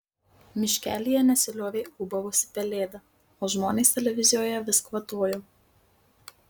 miškelyje nesiliovė ūbavusi pelėda o žmonės televizijoje vis kvatojo